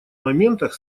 моментах